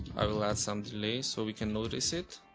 i'll add some delays so we can notice it